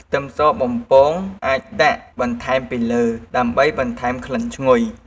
ខ្ទឹមសបំពងអាចដាក់បន្ថែមពីលើ ដើម្បីបន្ថែមក្លិនឈ្ងុយ។